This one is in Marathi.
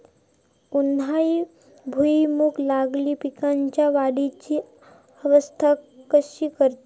उन्हाळी भुईमूग लागवडीत पीकांच्या वाढीची अवस्था कशी करतत?